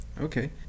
okay